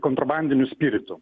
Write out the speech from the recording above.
kontrabandiniu spiritu